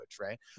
right